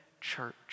church